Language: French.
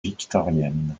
victorienne